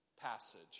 passage